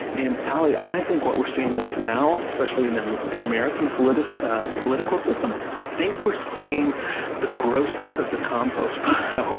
and alie, i think what we're seeing right now, especially in the american political ah political system, i think we're seeing the grossness of the compost pile.